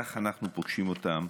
כך אנחנו פוגשים אותם